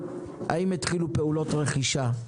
אם התחילו פעולות רכישה.